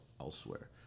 elsewhere